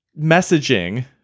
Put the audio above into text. messaging